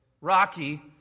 Rocky